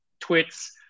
twits